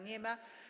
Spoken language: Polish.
Nie ma.